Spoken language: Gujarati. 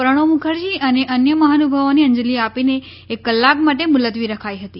પ્રણવ મુખર્જી અને અન્ય મહાનુભાવોને અંજલી આપીને એક કલાક માટે મુલતવી રખાઈ હતી